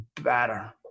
better